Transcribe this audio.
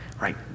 right